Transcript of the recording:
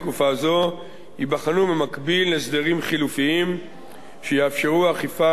בתקופה זו ייבחנו במקביל הסדרים חלופיים שיאפשרו אכיפה